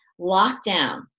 lockdown